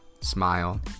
smile